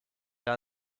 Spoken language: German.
her